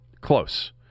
close